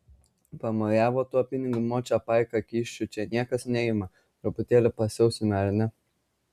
pamojavo tuo pinigu močia paika kyšių čia niekas neima truputėlį pasiausime ar ne